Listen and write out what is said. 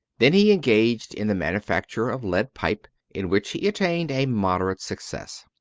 then he engaged in the manufacture of lead pipe, in which he attained a moderate success.